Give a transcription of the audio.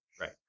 right